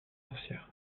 sorcière